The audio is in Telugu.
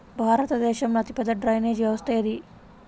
భారతదేశంలో అతిపెద్ద డ్రైనేజీ వ్యవస్థ ఏది?